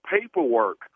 paperwork